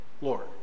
Lord